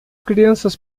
crianças